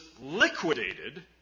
liquidated